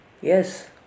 Yes